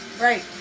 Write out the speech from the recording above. Right